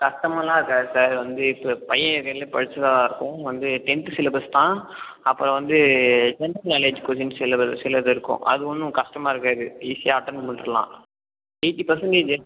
கஷ்டமாக எல்லாம் இருக்காது சார் இது வந்து ப பையன் இடையில படிச்சதாகருக்கும் வந்து டென்த் சிலபஸ் தான் அப்புறம் வந்து ஜென்ரல் நாலேஜ் கொஞ்சம் சிலது சிலதுருக்கும் அது ஒன்றும் கஷ்டமாகருக்காது ஈஸியாக அட்டென்ட் பண்ர்லாம் எயிட்டி பர்சன்டேஜி எடுத்தால்